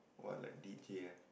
what like D_J ah